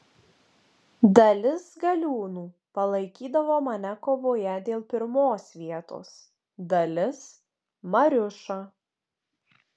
dalis galiūnų palaikydavo mane kovoje dėl pirmos vietos dalis mariušą